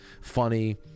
funny